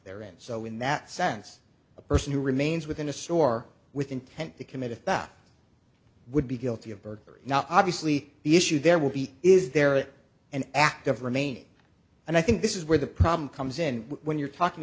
there and so in that sense a person who remains within a store with intent to commit a fuck would be guilty of burglary now obviously the issue there will be is there an act of remaining and i think this is where the problem comes in when you're talking